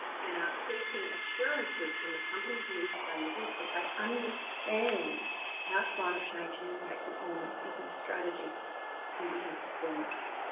and are seeking assurances for the companies in which they invest that they understand how climate change impacts on business strategy and business performance.